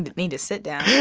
need to sit down yeah